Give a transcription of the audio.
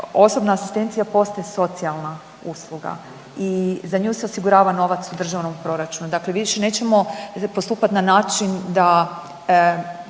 osobna asistencija postaje socijalna usluga i za nju se osigurava novac u državnom proračunu, dakle više nećemo postupat na način da